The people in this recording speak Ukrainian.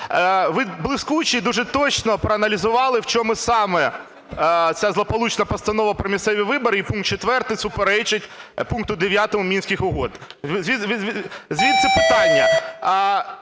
Ви блискуче і дуже точно проаналізували, в чому саме ця злополучна Постанова про місцеві вибори і пункт 4 суперечить пункту 9 Мінських угод. Звідси питання.